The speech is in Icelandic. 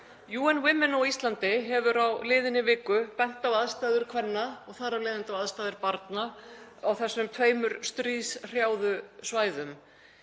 UN Women á Íslandi hefur á liðinni viku benti á aðstæður kvenna og þar af leiðandi á aðstæður barna á þessum tveimur stríðshrjáðu svæðum.